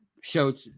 showed